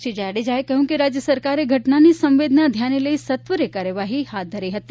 શ્રી જાડેજાએ કહ્યું કે રાજ્ય સરકારે ઘટનાની સંવેદના ધ્યાને લઇ સત્વરે કાર્યવાહી હાથ ધરી હતી